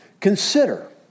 Consider